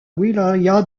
wilaya